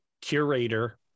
curator